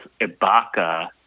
Ibaka